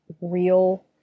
real